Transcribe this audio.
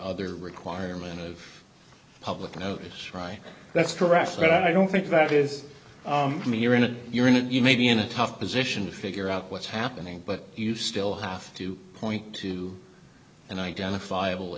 other requirement of public notice right that's correct but i don't think that is me you're in it you're in it you may be in a tough position to figure out what's happening but you still have to point to an identifiable